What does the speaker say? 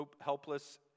helpless